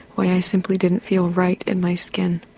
why i simply didn't feel right in my skin.